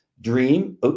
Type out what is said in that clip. Dream